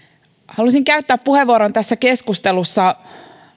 haluaisin käyttää puheenvuoron tässä keskustelussa